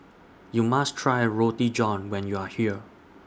YOU must Try Roti John when YOU Are here